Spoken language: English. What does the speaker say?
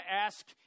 ask